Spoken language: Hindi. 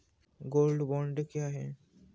गोल्ड बॉन्ड क्या है?